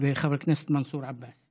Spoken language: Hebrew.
וחבר הכנסת מנסור עבאס.